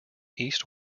east